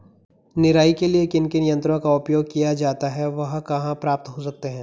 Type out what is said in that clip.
निराई के लिए किन किन यंत्रों का उपयोग किया जाता है वह कहाँ प्राप्त हो सकते हैं?